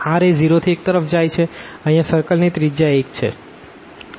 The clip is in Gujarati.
r એ 0 થી 1 તરફ જાય છેઅહિયાં સર્કલ ની રેડીઅસ 1 છે